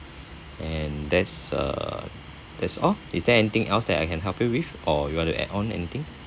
and that's uh that's all is there anything else that I can help you with or you want to add on anything